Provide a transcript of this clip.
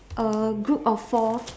uh group of four